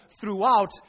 throughout